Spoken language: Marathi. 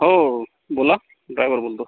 हो बोला ड्रायव्हर बोलतो